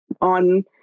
on